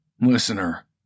Listener